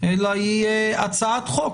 אלא היא הצעת חוק